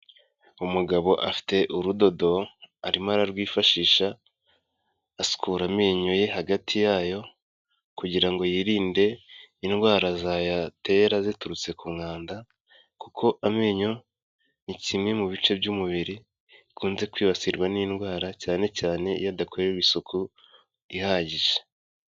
Umugabo afite urudodo, arimo ararwifashisha asukura amenyo ye hagati yayo, kugira ngo yirinde indwara zayatera ziturutse ku mwanda, kuko amenyo ni kimwe mu bice by'umubiri bikunze kwibasirwa n'indwara, cyane cyane iyodakorerwa isuku ihagije.